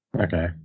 Okay